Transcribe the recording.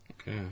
Okay